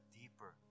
deeper